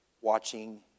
watching